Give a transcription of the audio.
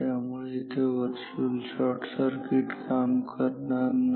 त्यामुळे इथे virtual short circuit काम करणार नाही